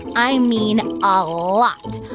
i mean and ah a lot.